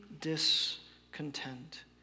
discontent